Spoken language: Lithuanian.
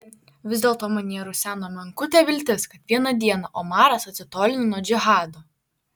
vis dėlto manyje ruseno menkutė viltis kad vieną dieną omaras atsitolino nuo džihado